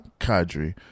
Kadri